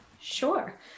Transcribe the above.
Sure